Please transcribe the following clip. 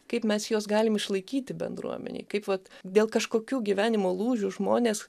kaip mes juos galim išlaikyti bendruomenėj kaip vat dėl kažkokių gyvenimo lūžių žmonės